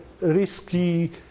risky